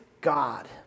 God